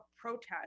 protest